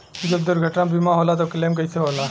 जब दुर्घटना बीमा होला त क्लेम कईसे होला?